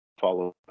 follow